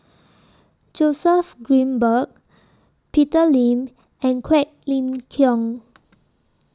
Joseph Grimberg Peter Lim and Quek Ling Kiong